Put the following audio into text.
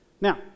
Now